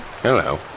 Hello